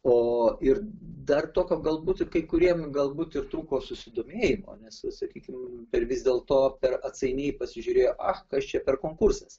o ir dar tokio galbūt ir kai kuriem galbūt ir trūko susidomėjimo nes sakykim ir vis dėlto per atsainiai pasižiūrėjo ach kas čia per konkursas